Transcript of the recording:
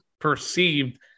perceived